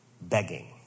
begging